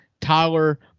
Tyler